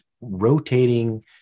rotating